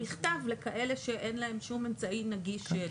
במכתב לכאלה שאין להם שום אמצעי נגיש.